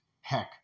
Heck